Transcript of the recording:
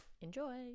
Enjoy